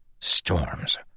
Storms